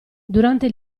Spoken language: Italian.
durante